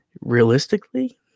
realistically